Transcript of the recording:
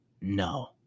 No